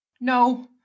No